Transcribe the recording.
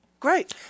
Great